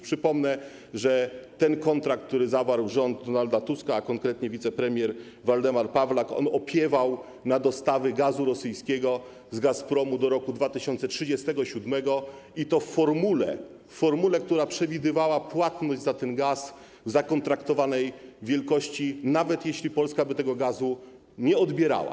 Przypomnę, że kontrakt, który zawarł rząd Donalda Tuska, a konkretnie wicepremier Waldemar Pawlak, opiewał na dostawy gazu rosyjskiego z Gazpromu do roku 2037, i to w formule, która przewidywała płatność za ten gaz w zakontraktowanej wielkości nawet wtedy, gdyby Polska tego gazu nie odbierała.